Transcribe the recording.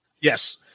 Yes